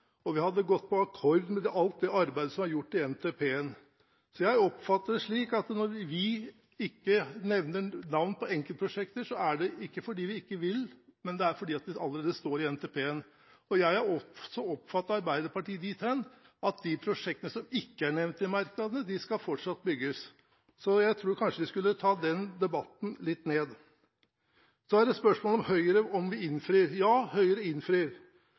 våre merknader, hadde vi hatt side på side med navn, og vi hadde gått på akkord med alt det arbeidet som er gjort i NTP. Når vi ikke nevner navn på enkeltprosjekter, er det ikke fordi vi ikke vil, men det er fordi det allerede står i NTP. Jeg har også oppfattet Arbeiderpartiet dit hen at de prosjektene som ikke er nevnt i merknadene, fortsatt skal bygges. Jeg tror kanskje vi skulle ta den debatten litt ned. Så er det spørsmål om Høyre innfrir. Ja, Høyre innfrir.